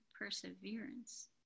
perseverance